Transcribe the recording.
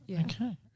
Okay